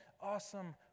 awesome